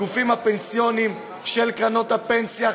הגופים הפנסיוניים של קרנות הפנסיה,